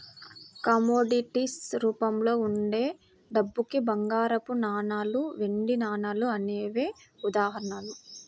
commodities రూపంలో ఉండే డబ్బుకి బంగారపు నాణాలు, వెండి నాణాలు అనేవే ఉదాహరణలు